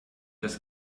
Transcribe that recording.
das